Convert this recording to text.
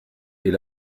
est